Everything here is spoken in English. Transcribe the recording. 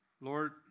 Lord